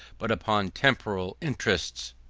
but upon temporal interests.